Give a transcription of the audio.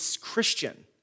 Christian